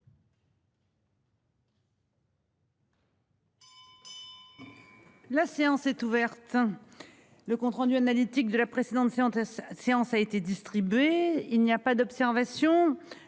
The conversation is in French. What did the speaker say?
La séance est ouverte. Le compte rendu analytique de la précédente Fuentès séance a été distribué, il n'y a pas d'observation,